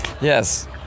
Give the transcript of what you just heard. Yes